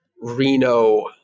Reno